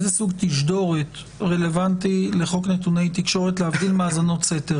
איזה סוג תשדורת רלוונטי לחוק נתוני תקשורת להבדיל מהאזנות סתר?